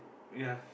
ya